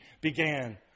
began